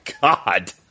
God